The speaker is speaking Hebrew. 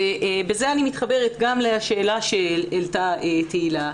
ובזה אני מתחברת גם לשאלה שהעלתה תהלה,